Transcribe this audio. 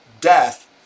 death